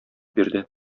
бирде